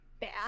bad